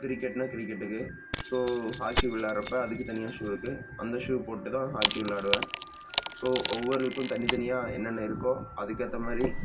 கிரிக்கெட்னால் கிரிக்கெட்டுக்கு so hockey விளையாட்றப்ப அதுக்கு தனியாக ஷூ இருக்குது அந்த ஷூ போட்டு தான் ஹாக்கி விளாடுவேன் ஸோ ஒவ்வொன்றுக்கும் தனித்தனியாக என்னென்ன இருக்கோ அதுக்கேற்ற மாதிரி